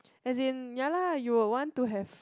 as in ya lah you'll want to have